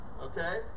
Okay